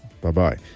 Bye-bye